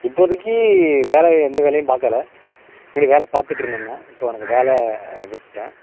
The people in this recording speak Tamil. இப்போதைக்கி வேலை எந்த வேலையும் பார்க்கல முன்னாடி வேலை பார்த்துட்டு இருந்தேன் நான் இப்போ அந்த வேலை விட்டுடேன்